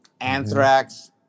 Anthrax